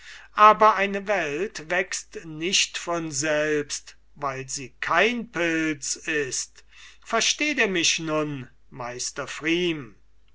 aber eine welt wächst nicht von selbst weil sie kein pilz ist versteht er mich nun